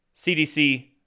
CDC